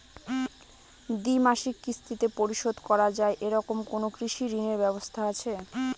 দ্বিমাসিক কিস্তিতে পরিশোধ করা য়ায় এরকম কোনো কৃষি ঋণের ব্যবস্থা আছে?